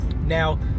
Now